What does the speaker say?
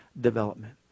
development